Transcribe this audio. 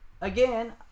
again